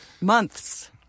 months